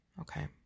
Okay